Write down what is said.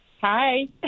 Hi